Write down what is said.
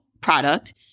product